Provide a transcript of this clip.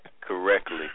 correctly